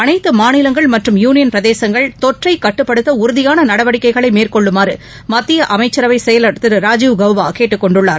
அனைத்து மாநிலங்கள் மற்றம் யூனியன் பிரதேசங்கள் தொற்றை கட்டுப்படுத்த உறுதியான் நடவடிக்கைகளை மேற்கொள்ளுமாறு மத்திய அமைச்சரவைச் செயலர் திரு ராஜீவ் கவ்பா கேட்டுக்கொண்டுள்ளார்